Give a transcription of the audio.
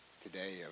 today